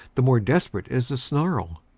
the more desperate is the snarl.